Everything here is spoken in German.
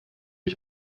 ich